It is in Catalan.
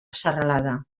serralada